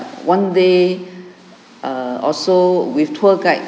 one day err also with tour guide